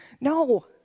No